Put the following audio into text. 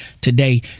today